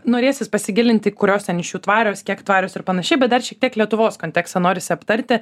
norėsis pasigilinti kurios ten iš jų tvarios kiek tvarios ir panašiai bet dar šiek tiek lietuvos kontekste norisi aptarti